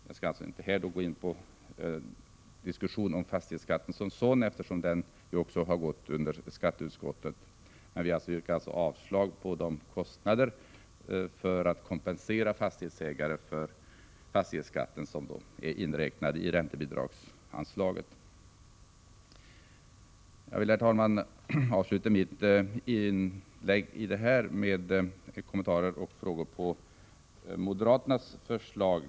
Jag skall inte här gå in på någon diskussion om den skatten som sådan, eftersom även den frågan har behandlats av skatteutskottet, men vi yrkar alltså avslag beträffande kostnaderna för att kompensera fastighetsägare för fastighetsskatten som är inräknad i räntebidragsanslaget. Jag vill, herr talman, avsluta mitt inlägg med några kommentarer och frågor beträffande moderaternas förslag.